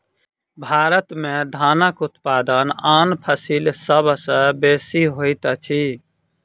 भारत में धानक उत्पादन आन फसिल सभ सॅ बेसी होइत अछि